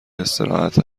استراحت